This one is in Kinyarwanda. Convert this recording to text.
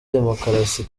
demokarasi